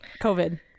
COVID